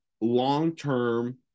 long-term